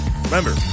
Remember